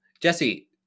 Jesse